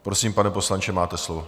Prosím, pane poslanče, máte slovo.